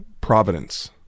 providence